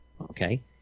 Okay